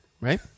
right